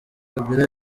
kabila